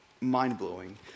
Mind-blowing